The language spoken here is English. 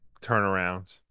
turnaround